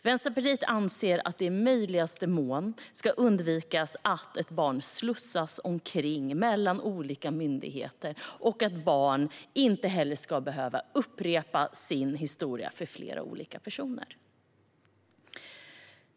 Vänsterpartiet anser att det i möjligaste mån ska undvikas att ett barn slussas runt mellan olika myndigheter och att barn inte ska behöva upprepa sin historia för flera olika personer.